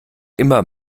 immer